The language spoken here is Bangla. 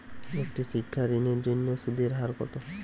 একটি শিক্ষা ঋণের জন্য সুদের হার কত?